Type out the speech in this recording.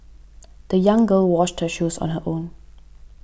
the young girl washed her shoes on her own